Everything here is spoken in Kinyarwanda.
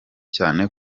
cyane